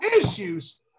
Issues